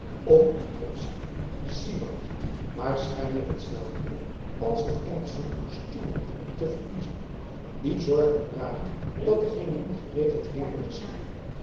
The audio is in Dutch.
om een opziener siward waarschijnlijk hetzelfde als het engelsche stewart te verkiezen die zorg moest dragen dat er geene ongeregeldheden geschiedden